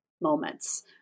moments